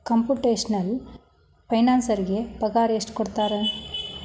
Computational ಫೈನಾನ್ಸರಿಗೆ ಪಗಾರ ಎಷ್ಟ್ ಕೊಡ್ತಾರ?